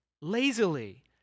lazily